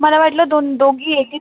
मला वाटलं दोन दोघी येतील